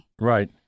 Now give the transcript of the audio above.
Right